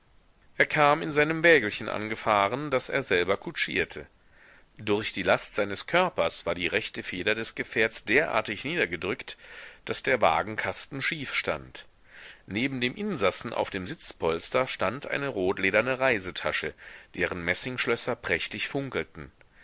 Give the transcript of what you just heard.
er kam in seinem wägelchen angefahren das er selber kutschierte durch die last seines körpers war die rechte feder des gefährts derartig niedergedrückt daß der wagenkasten schief stand neben dem insassen auf dem sitzpolster stand eine rotlederne reisetasche deren messingschlösser prächtig funkelten